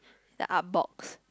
the Artbox